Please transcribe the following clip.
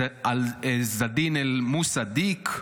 עז אלדין מוסא דיק,